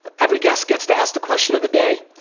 every guest gets to ask the question of the day.